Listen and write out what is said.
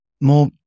more